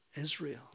Israel